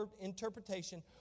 interpretation